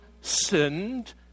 sinned